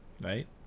Right